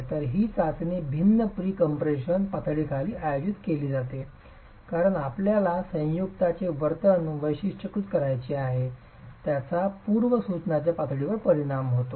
तर ही चाचणी भिन्न प्रीकम्प्रेशन पातळीखाली आयोजित केली जाते कारण आपल्याला संयुक्तचे वर्तन वैशिष्ट्यीकृत करायचे आहे याचा पूर्वसूचनाच्या पातळीवर परिणाम होतो